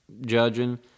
judging